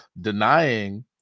denying